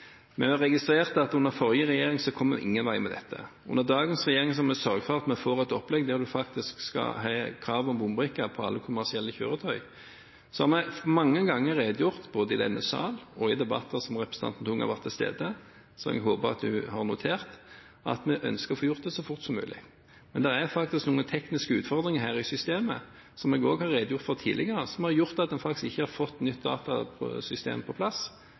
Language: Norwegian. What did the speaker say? Vi har registrert at under den forrige regjeringen kom vi ingen vei med dette. Under dagens regjering har vi sørget for at vi får et opplegg der man faktisk har krav om bombrikke på alle kommersielle kjøretøy. Så har vi mange ganger redegjort for, både i denne sal og i debatter der representanten Tung har vært til stede – og jeg håper hun har notert seg det – at vi ønsker å få gjort det så fort som mulig. Men det er faktisk noen tekniske utfordringer i systemet, som jeg også har redegjort for tidligere, som har gjort at vi faktisk ikke har fått nytt datasystem på plass